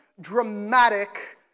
dramatic